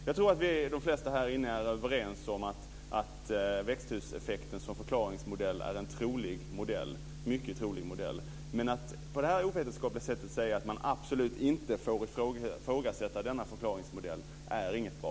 Jag tror att de flesta här i kammaren är överens om att växthuseffekten som förklaringsmodell är en mycket trolig modell. Men att på det här ovetenskapliga sättet säga att man absolut inte får ifrågasätta denna förklaringsmodell är inte bra.